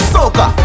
Soca